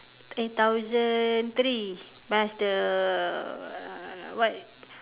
eh thousand three plus the uh what